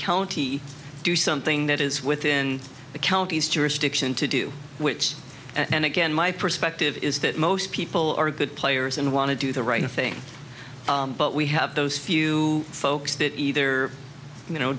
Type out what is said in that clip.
county do something that is within the county's jurisdiction to do which and again my perspective is that most people are good players and want to do the right thing but we have those few folks that either you know